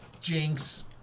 Jinx